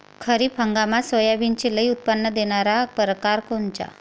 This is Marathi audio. खरीप हंगामात सोयाबीनचे लई उत्पन्न देणारा परकार कोनचा?